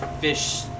fish